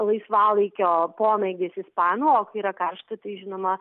laisvalaikio pomėgis ispanų o kai yra karšta tai žinoma